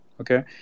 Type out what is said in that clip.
okay